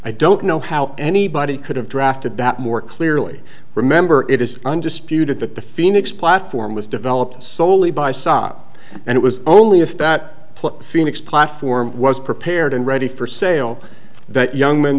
i don't know how anybody could have drafted that more clearly remember it is undisputed that the phoenix platform developed soley by saab and it was only if that phoenix platform was prepared and ready for sale that young m